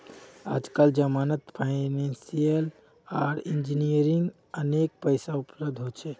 आजकल जमानत फाइनेंसियल आर इंजीनियरिंग अनेक पैसा उपलब्ध हो छे